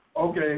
Okay